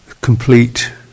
complete